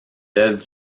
d’œuvre